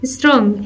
Strong